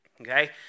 okay